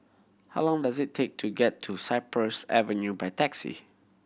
how long does it take to get to Cypress Avenue by taxi